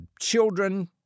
children